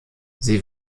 sie